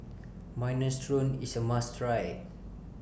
Minestrone IS A must Try